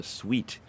sweet